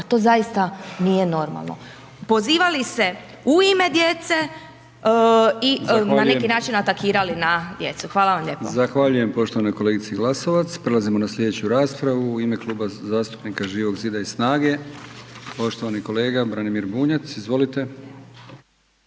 pa to zaista nije normalno. Pozivali se u ime djece i na neki način atakirati na djecu. Hvala vam lijepa. **Brkić, Milijan (HDZ)** Zahvaljujem poštovanoj kolegici Glasova. Prelazimo na sljedeću raspravu, u ime Kluba zastupnika Živog zida i SNAG-e, poštovani kolega Branimir Bunjac. Izvolite.